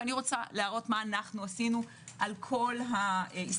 אני רוצה להראות מה אנחנו עשינו על כל ההסתייגויות